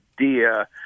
idea